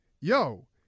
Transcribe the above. Yo